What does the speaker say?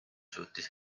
suutis